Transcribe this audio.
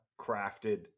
crafted